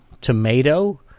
tomato